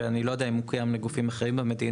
ואני לא יודע אם הוא קיים בגופים אחרים במדינה,